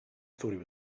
thought